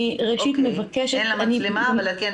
ראשית, אני מברכת